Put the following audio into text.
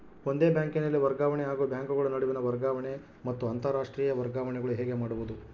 ಒಂದೇ ಬ್ಯಾಂಕಿನಲ್ಲಿ ವರ್ಗಾವಣೆ ಹಾಗೂ ಬ್ಯಾಂಕುಗಳ ನಡುವಿನ ವರ್ಗಾವಣೆ ಮತ್ತು ಅಂತರಾಷ್ಟೇಯ ವರ್ಗಾವಣೆಗಳು ಹೇಗೆ ಮಾಡುವುದು?